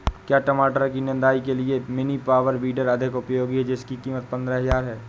क्या टमाटर की निदाई के लिए मिनी पावर वीडर अधिक उपयोगी है जिसकी कीमत पंद्रह हजार है?